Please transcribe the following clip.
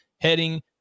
heading